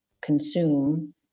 consume